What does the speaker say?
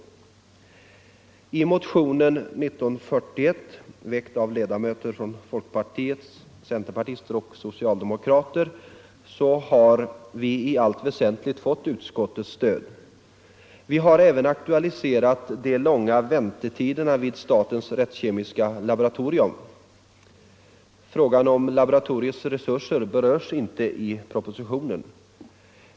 När det gäller motionen 1974:1941 väckt av ledamöter från folkpartiet, centerpartiet och socialdemokraterna, har vi i allt väsentligt fått utskottets stöd. Vi har även aktualiserat de långa väntetiderna vid statens rättskemiska laboratorium. Frågan om laboratoriets resurser berörs inte i propositionen.